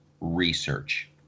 research